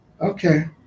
okay